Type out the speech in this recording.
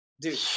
dude